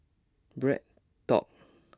BreadTalk